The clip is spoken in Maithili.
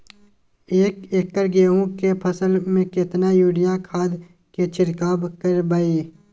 एक एकर गेहूँ के फसल में केतना यूरिया खाद के छिरकाव करबैई?